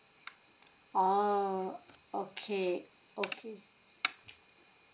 oh okay okay